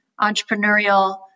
entrepreneurial